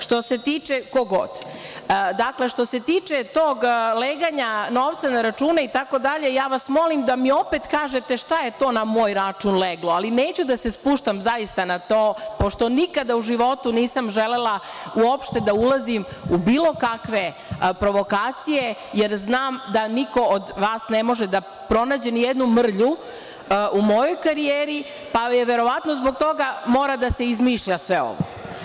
Što se tiče tog leganja novca na račune itd, molim vas da mi opet kažete šta je to na moj račun leglo, ali neću da se spuštam na to, pošto nikada u životu nisam želela uopšte da ulazim u bilo kakve provokacije, jer znam da niko od vas ne može da pronađe ni jednu mrlju u mojoj karijeri, pa verovatno zbog toga mora da se izmišlja sve ovo.